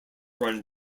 run